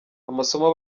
amasomo